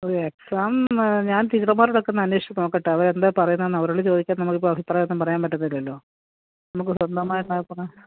അത് എക്സാം ഞാന് ടീച്ചര്മാരോട് ഒക്കെ ഒന്ന് അന്വേഷിച്ചു നോക്കട്ടെ അവര് എന്താണ് പറയുന്നതെന്ന് അവരോടു ചോദിച്ചാൽ നമ്മൾ ഇപ്പം അഭിപ്രായം പറയാന് പറ്റത്തില്ലല്ലോ നമ്മൾക്ക് സ്വന്തമായിട്ട് അഭിപ്രായം